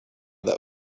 that